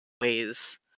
ways